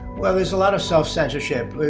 well, there's a lot of self-censorship,